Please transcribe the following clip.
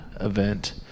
event